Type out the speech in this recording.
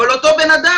אבל אותו בן אדם,